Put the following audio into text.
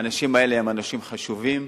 האנשים האלה הם אנשים חשובים,